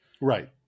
Right